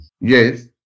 Yes